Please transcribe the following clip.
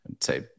say